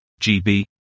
GB